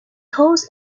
holds